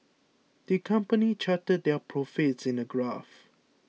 the company charted their profits in a graph